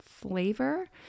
Flavor